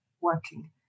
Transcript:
working